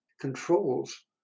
controls